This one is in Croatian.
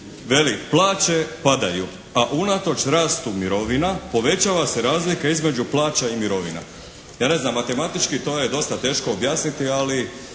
veli, plaće padaju a unatoč rastu mirovina povećava se razlika između plaža i mirovina. Ja ne znam matematički to je dosta teško objasniti ali